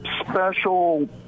special